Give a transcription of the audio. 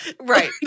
Right